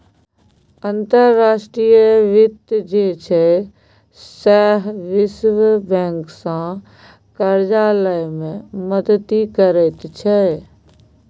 अंतर्राष्ट्रीय वित्त जे छै सैह विश्व बैंकसँ करजा लए मे मदति करैत छै